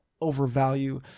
overvalue